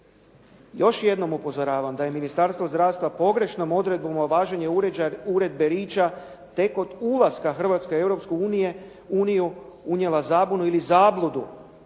Još jednom upozoravam da je Ministarstvo zdravstva pogrešnom odredbom o važenju Uredbe Richa tek od ulaska Hrvatske u Europsku uniju unijela zabunu ili zabludu